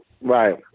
Right